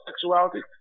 sexuality